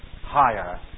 higher